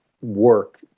work